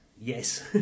yes